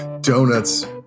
Donuts